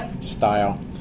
style